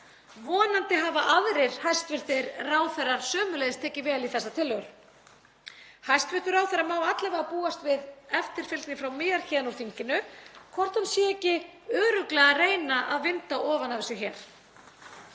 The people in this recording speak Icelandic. Vonandi hafa aðrir hæstv. ráðherrar sömuleiðis tekið vel í þessar tillögur. Hæstv. ráðherra má alla vega búast við eftirfylgni frá mér héðan úr þinginu, hvort hann sé ekki örugglega að reyna að vinda ofan af þessu hér.